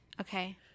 Okay